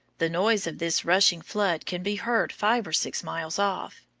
the noise of this rushing flood can be heard five or six miles off.